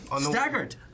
Staggered